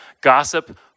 Gossip